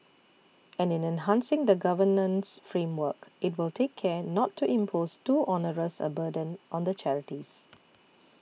and in enhancing the governance framework it will take care not to impose too onerous a burden on the charities